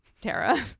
Tara